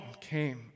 came